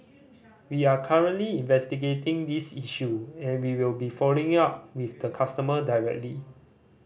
we are currently investigating this issue and we will be following up with the customer directly